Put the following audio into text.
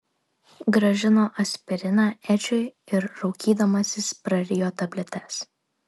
grąžino aspiriną edžiui ir raukydamasis prarijo tabletes